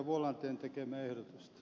vuolanteen tekemää ehdotusta